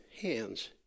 hands